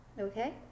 okay